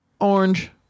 Orange